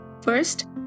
First